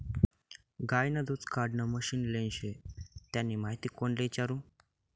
गायनं दूध काढानं मशीन लेनं शे त्यानी माहिती कोणले इचारु?